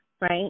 right